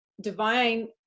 divine